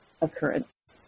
occurrence